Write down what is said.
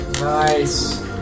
Nice